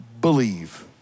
believe